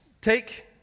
Take